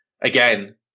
Again